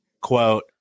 Quote